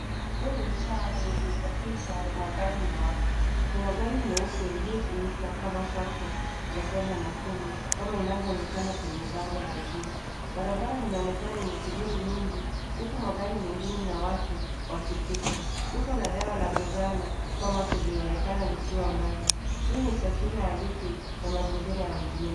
Huu ni mtaa wenye pilka pilka ya magari na watu. Kuna gari nyeupe iliyotumika kama Shuttle , ya kwenda Nakuru, kama inavyoonekana kwenye bango la juu. Barabara linaonekana yenye shughuli nyingi, huku magari mengine na watu wakipita. Duka la dawa la Rosanna Pharmacy, linaonekana likiwa mbali. Hii ni taswira halisi ya mazingira ya mjini.